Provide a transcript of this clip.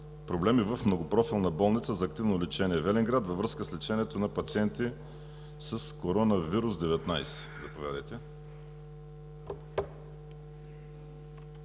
проблеми в Многопрофилна болница за активно лечение Велинград във връзка с лечението на пациенти с COVID-19.